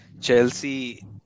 Chelsea